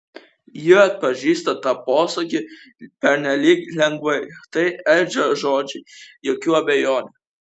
ji atpažįsta tą posakį pernelyg lengvai tai edžio žodžiai jokių abejonių